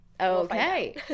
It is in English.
Okay